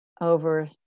Over